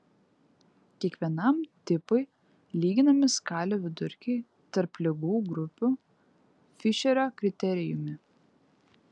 kiekvienam tipui lyginami skalių vidurkiai tarp ligų grupių fišerio kriterijumi